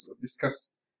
discuss